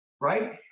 right